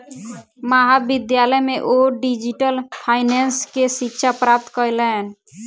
महाविद्यालय में ओ डिजिटल फाइनेंस के शिक्षा प्राप्त कयलैन